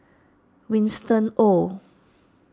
Winston Oh